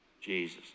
Jesus